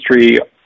industry